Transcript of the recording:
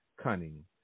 Cunning